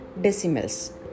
decimals